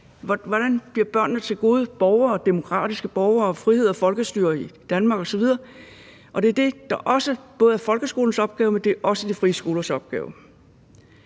hvordan bliver børnene til gode borgere og demokratiske borgere i forhold til frihed og folkestyre i Danmark osv.? Og det er det, der også er folkeskolens opgave, men det er også de frie skolers opgaver